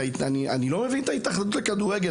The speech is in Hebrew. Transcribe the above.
אני לא מבין את ההתאחדות לכדורגל,